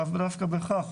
לאו דווקא בהכרח.